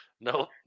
No